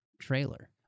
trailer